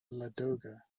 ladoga